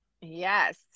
Yes